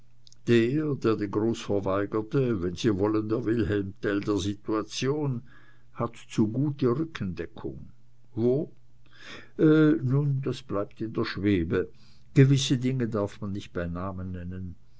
der den gruß verweigerte wenn sie wollen der wilhelm tell der situation hat zu gute rückendeckung wo nun das bleibt in der schwebe gewisse dinge darf man nicht bei namen nennen